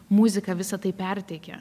muzika visa tai perteikia